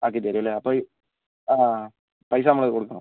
ആക്കിത്തരും അല്ലേ അപ്പോൾ ഈ ആ പൈസ നമ്മളൾ കൊടുക്കണം